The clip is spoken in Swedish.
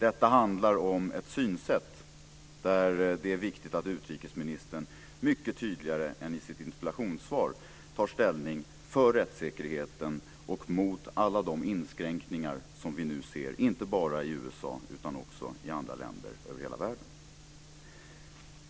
Detta handlar om ett synsätt där det är viktigt att utrikesministern mycket tydligare än i sitt interpellationssvar tar ställning för rättssäkerheten och mot alla de inskränkningar som vi nu ser inte bara i USA utan också i andra länder över hela världen.